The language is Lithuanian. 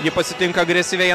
ji pasitinka agresyviai